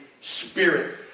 Spirit